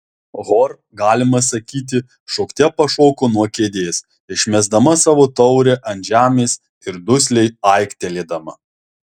hor galima sakyti šokte pašoko nuo kėdės išmesdama savo taurę ant žemės ir dusliai aiktelėdama